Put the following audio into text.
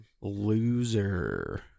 Loser